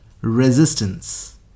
resistance